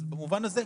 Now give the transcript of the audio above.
אז במובן הזה,